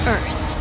Earth